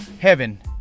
heaven